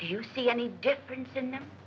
you see any difference in them